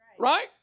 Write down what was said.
Right